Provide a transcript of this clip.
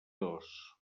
dos